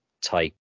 type